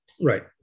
right